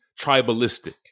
tribalistic